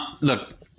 look